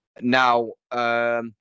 now